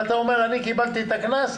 אתה אומר: אני קיבלתי את הקנס,